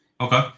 Okay